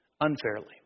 unfairly